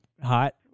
hot